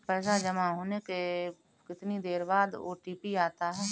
पैसा जमा होने के कितनी देर बाद ओ.टी.पी आता है?